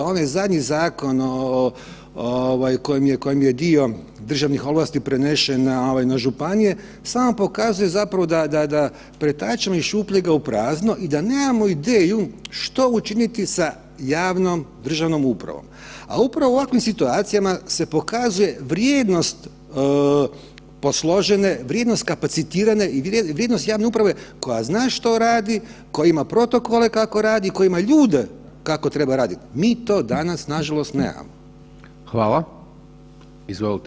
Onaj zadnji zakon kojem je dio državnih ovlasti prenešena na županije samo pokazuje da pretačemo iz šupljega u prazno i da nemamo ideju što učiniti ja javnom državnom upravom, a upravo u ovakvim situacijama se pokazuje vrijednost posložene, vrijednost kapacitirane i vrijednost javne uprave koja zna što radi, koja ima protokole kako radi, koja ima ljude kako treba radit, mi to danas nažalost nemamo.